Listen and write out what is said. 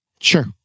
Sure